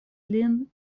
lin